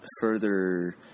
further